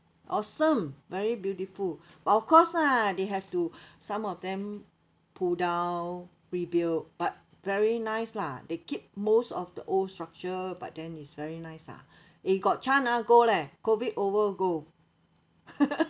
awesome very beautiful but of course lah they have to some of them pull down rebuild but very nice lah they keep most of the old structure but then is very nice ah eh got chance ah go leh COVID over go